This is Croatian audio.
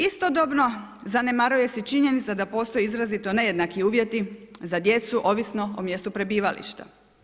Istodobno zanemaruje se činjenica da postoje izrazito nejednaki uvjeti za djecu, ovisno o mjestu prebivališta.